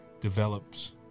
develops